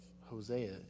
Hosea